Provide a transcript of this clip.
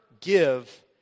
give